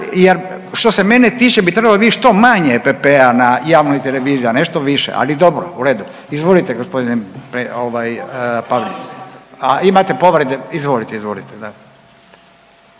jer što se mene tiče bi trebalo biti što manje EPP-a na javnoj televiziji, a ne što više. Ali dobro, u redu. Izvolite g. Palin. A imate povrede, izvolite, izvolite,